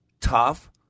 tough